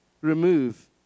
remove